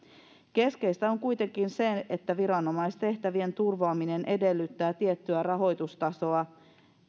keskeistä on kuitenkin se että viranomaistehtävien turvaaminen edellyttää tiettyä rahoitustasoa